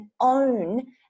own